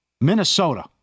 Minnesota